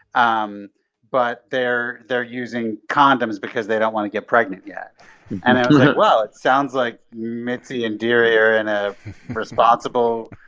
um but they're they're using condoms because they don't want to get pregnant yet well, it sounds like mitzy and deery are in a responsible,